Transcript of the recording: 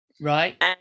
Right